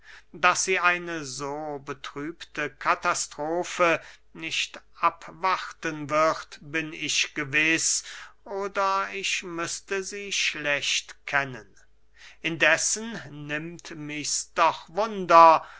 daß sie eine so betrübte katastrofe nicht abwarten wird bin ich gewiß oder ich müßte sie schlecht kennen indessen nimmt michs doch wunder